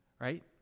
right